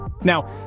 Now